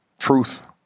truth